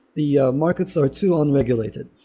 the markets are too unregulated.